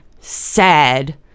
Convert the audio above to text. sad